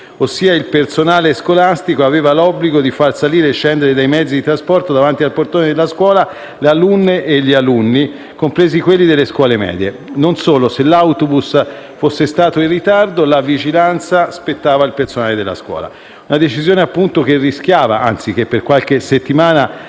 ossia il personale scolastico aveva l'obbligo di far salire e scendere dai mezzi di trasporto davanti al portone della scuola le alunne e gli alunni, compresi quelli delle scuole medie. Non solo, se l'autobus fosse stato in ritardo, la vigilanza spettava al personale della scuola. La decisione, che per qualche settimana